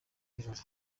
birori